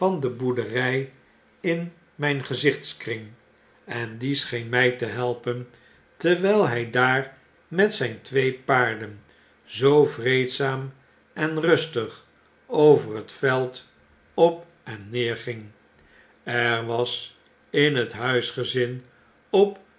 de boerderij in myn gezichtskring en die scheen my te'helpenterwjjl hjj daar met zijn twee paarden zoo vreedzaam en rustig over net veld op en neer ging er was in het huisgezin op